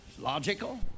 Logical